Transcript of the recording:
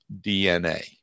DNA